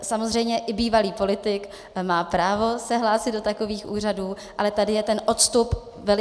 Samozřejmě i bývalý politik má právo se hlásit do takových úřadů, ale tady je ten odstup velice malý.